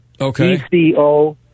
Okay